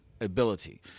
ability